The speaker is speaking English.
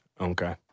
Okay